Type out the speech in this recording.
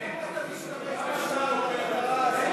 למה אתה משתמש בשמם למטרה הזאת?